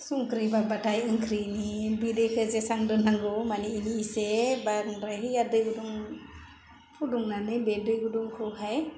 संख्रै बाब्बाथाइ ओंख्रिनि बिदैखौ जेसेबां दोन्नांगौ माने बेनि इसे बांद्राया दै गुदुं फुदुंनानै बे दै गुदुंखौहाय